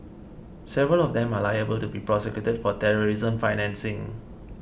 several of them are liable to be prosecuted for terrorism financing